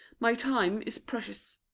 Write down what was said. my time is precious.